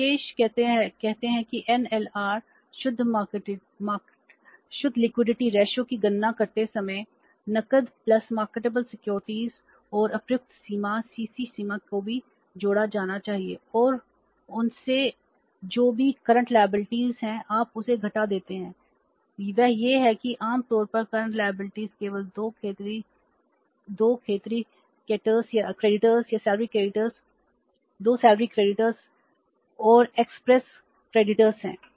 तो विशेषज्ञ कहते हैं कि एनएलआर हैं